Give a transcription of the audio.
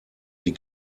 die